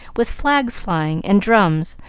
with flags flying, and drums,